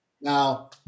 Now